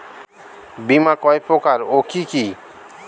বীমা কয় প্রকার কি কি?